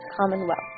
commonwealth